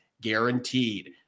guaranteed